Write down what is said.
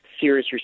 serious